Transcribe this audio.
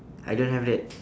I don't have that